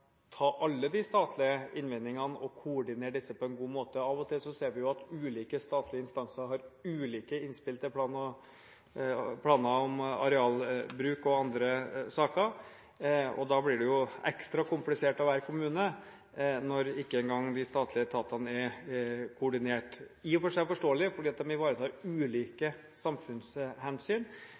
ta alle de statlige innvendingene og koordinere disse på en god måte. Av og til ser vi at ulike statlige instanser har ulike innspill til planer om arealbruk og andre saker, og det blir jo ekstra komplisert å være kommune når ikke engang de statlige etatene er koordinert. Det er i og for seg forståelig, fordi de ivaretar ulike samfunnshensyn,